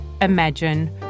imagine